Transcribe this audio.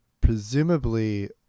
presumably